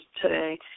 today